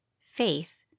faith